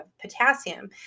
potassium